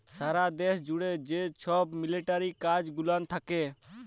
সারা দ্যাশ জ্যুড়ে যে ছব মিলিটারি কাজ গুলান থ্যাকে